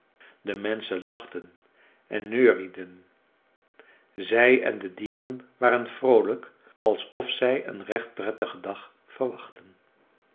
de menschen lachten en neurieden zij en de dieren waren vroolijk alsof zij een recht prettigen dag verwachtten